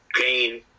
gain